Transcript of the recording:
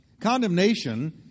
Condemnation